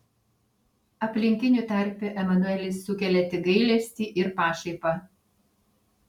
aplinkinių tarpe emanuelis sukelia tik gailestį ir pašaipą